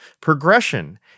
Progression